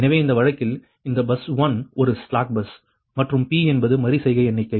எனவே இந்த வழக்கில் அந்த பஸ் 1 ஒரு ஸ்லாக் பஸ் மற்றும் p என்பது மறு செய்கை எண்ணிக்கை